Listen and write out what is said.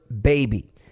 baby